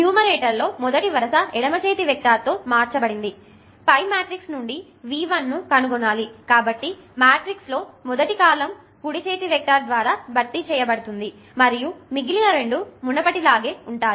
numerator లో మొదటి వరస ఎడమ చేతి వెక్టార్ తో మార్చబడింది పై మ్యాట్రిక్స్ నుండి V1 ను కనుకోవాలి కాబట్టి మ్యాట్రిక్స్ లో మొదటి కాలమ్ కుడి చేతి వెక్టర్ ద్వారా భర్తీ చేయబడుతుంది మరియు మిగిలిన రెండు మునుపటిలాగే ఉంటాయి